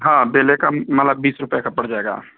हाँ बेले का माला बीस रुपये का पड़ जाएगा